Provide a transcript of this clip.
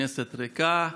כנסת ריקה,